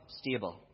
stable